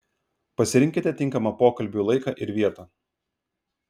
pasirinkite tinkamą pokalbiui laiką ir vietą